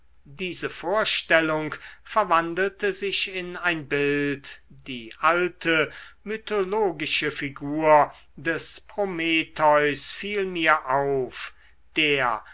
diese vorstellung verwandelte sich in ein bild die alte mythologische figur des prometheus fiel mir auf der